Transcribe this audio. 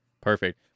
Perfect